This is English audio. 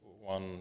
one